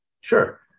Sure